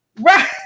right